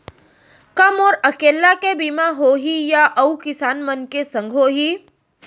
का मोर अकेल्ला के बीमा होही या अऊ किसान मन के संग होही?